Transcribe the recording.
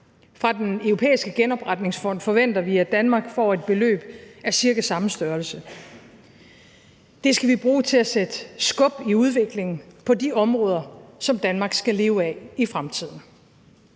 Fra Den Europæiske Genopretningsfond forventer vi at Danmark får et beløb af cirka samme størrelse. Det skal vi bruge til at sætte skub i udviklingen på de områder, som Danmark skal leve af i fremtiden.